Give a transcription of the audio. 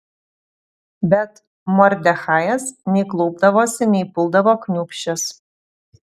bet mordechajas nei klaupdavosi nei puldavo kniūbsčias